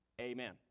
Amen